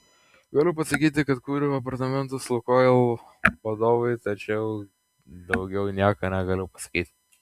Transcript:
galiu pasakyti kad kūriau apartamentus lukoil vadovui tačiau daugiau nieko negaliu pasakyti